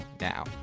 now